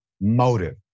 motive